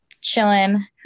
chilling